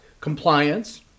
compliance